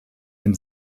ein